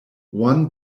one